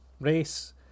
race